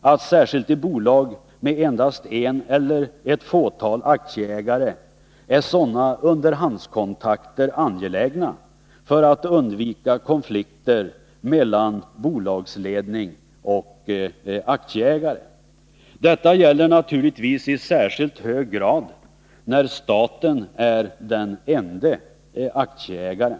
att särskilt i bolag med endast en eller ett fåtal aktieägare är sådana underhandskontakter angelägna för att undvika konflikter mellan bolagsledning och aktieägare. Detta gäller naturligtvis i särskilt hög grad när staten är den ende aktieägaren.